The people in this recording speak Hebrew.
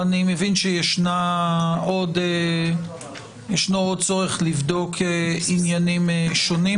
אני מבין שיש עוד צורך לבדוק עניינים שונים